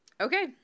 Okay